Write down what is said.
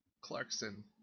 Clarkson